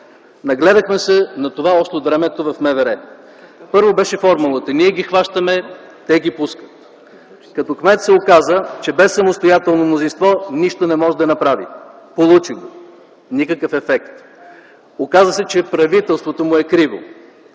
Нагледахме се на това още от времето в МВР. Първо, беше формулата – „Ние ги хващаме, те ги пускат”. Като кмет се оказа, че без самостоятелно мнозинство нищо не може да направи. Получи го, никакъв ефект. Оказа се, че правителството му е криво.